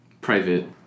private